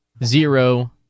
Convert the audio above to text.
Zero